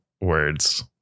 words